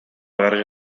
verge